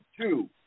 two